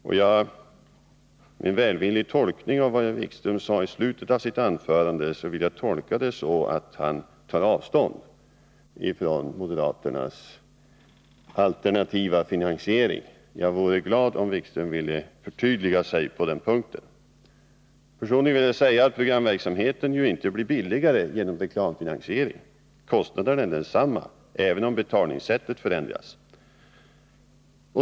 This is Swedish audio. Om jag välvilligt skall tolka vad herr Wikström sade i slutet av sitt anförande tar han avstånd från moderaternas alternativa finansiering. Jag vore glad om herr Wikström ville förtydliga sig på den punkten. Personligen vill jag säga att programverksamheten ju inte blir billigare genom reklamfinansiering. Kostnaderna blir desamma, även om betalningssättet förändras.